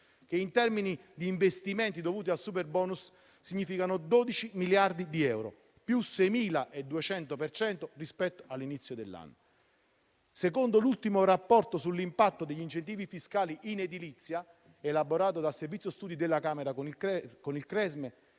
che in termini di investimenti dovuti al superbonus significano 12 miliardi di euro (più 6.200 per cento rispetto all'inizio dell'anno). Secondo l'ultimo rapporto sull'impatto degli incentivi fiscali in edilizia, elaborato dal Servizio studi della Camera con il Centro